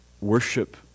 worship